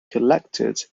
collected